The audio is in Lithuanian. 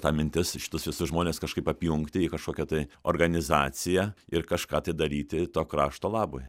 ta mintis šitus viusus žmones kažkaip apjungti į kažkokią tai organizaciją ir kažką tai daryti to krašto labui